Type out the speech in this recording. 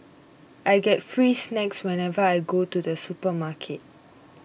I get free snacks whenever I go to the supermarket